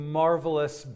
marvelous